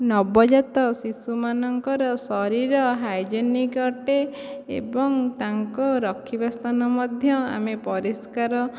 ନବଜାତ ଶିଶୁମାନଙ୍କର ଶରୀର ହାଇଜେନିକ୍ ଅଟେ ଏବଂ ତାଙ୍କ ରଖିବା ସ୍ଥାନ ମଧ୍ୟ ଆମେ ପରିଷ୍କାର